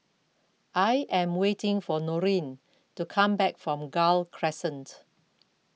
I am waiting for Norine to come back from Gul Crescent